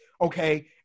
okay